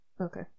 Okay